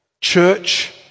church